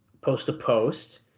post-to-post